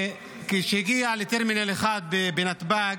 וכשהגיע לטרמינל 1 בנתב"ג,